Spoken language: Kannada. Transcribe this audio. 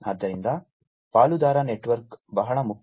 ಆದ್ದರಿಂದ ಪಾಲುದಾರ ನೆಟ್ವರ್ಕ್ ಬಹಳ ಮುಖ್ಯ